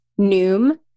Noom